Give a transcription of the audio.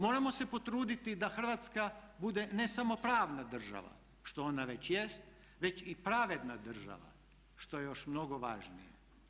Moramo se potruditi da Hrvatska bude ne samo pravna država što ona već jest već i pravedna država što je još mnogo važnije.